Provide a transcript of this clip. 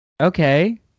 Okay